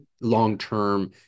long-term